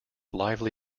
lively